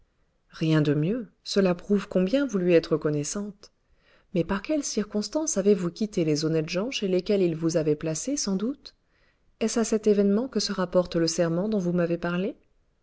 rien de mieux cela prouve combien vous lui êtes reconnaissante mais par quelle circonstance avez-vous quitté les honnêtes gens chez lesquels il vous avait placée sans doute est-ce à cet événement que se rapporte le serment dont vous m'avez parlé